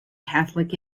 catholic